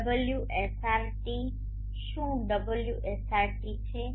ωsrt શું ωsrt છે